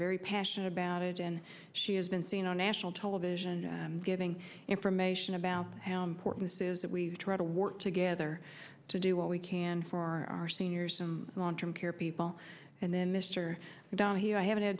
very passionate about it and she has been seen on national television giving information about how important it is that we try to work together to do what we can for our seniors some long term care people and then mr down here i haven't had a